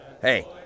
Hey